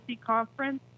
Conference